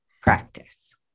practice